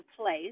place